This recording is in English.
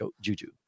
Juju